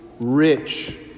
rich